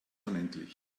unendlich